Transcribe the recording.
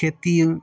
खेती